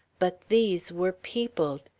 but these were peopled.